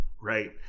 right